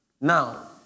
Now